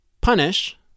punish